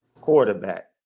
quarterback